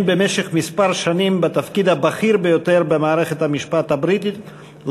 במשך כמה שנים בתפקיד הבכיר ביותר במערכת המשפט הבריטית,